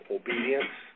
obedience